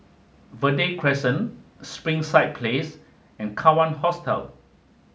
Verde Crescent Springside Place and Kawan Hostel